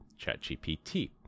ChatGPT